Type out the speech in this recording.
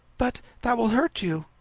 but that will hurt you.